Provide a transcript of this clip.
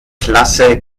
klasse